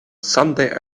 someday